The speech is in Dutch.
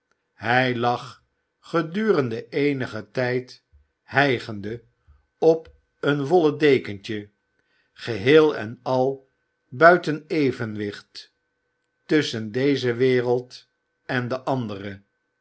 hij lag gedurende eenigen tijd hijgende op een wollen dekentje geheel en al buiten evenwicht tusschen deze wereld en de andere